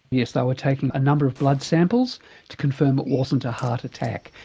yes, they were taking a number of blood samples to confirm it wasn't a heart attack.